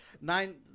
Nine